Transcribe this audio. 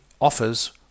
Offers